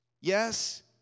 Yes